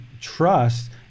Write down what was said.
trust